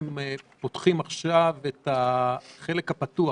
בוקר טוב לכולם, אני פותח את החלק הפתוח